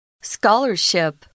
Scholarship